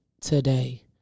today